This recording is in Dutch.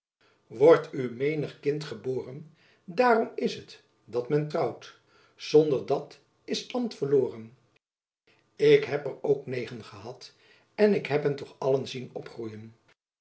wort u menich kint geboren daerom is het dat men trout sonder dat is t lant verloren ik heb er ook negen gehad en ik heb hen toch allen zien opgroeien